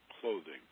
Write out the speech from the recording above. clothing